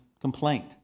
complaint